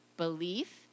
Belief